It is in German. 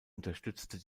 unterstützte